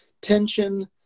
tension